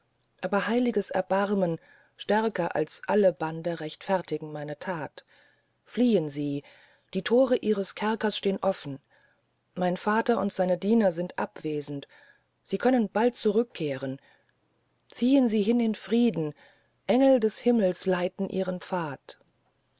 aber heiliges erbarmen stärker als alle bande rechtfertigt meine that fliehn sie die thore ihres kerkers stehn offen mein vater und seine diener sind abwesend sie können bald zurück kehren ziehn sie hin in frieden engel des himmels leiten ihren pfad